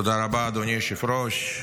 תודה רבה, אדוני היושב-ראש.